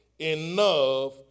enough